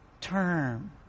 term